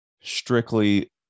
strictly